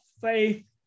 faith